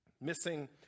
missing